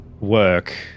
Work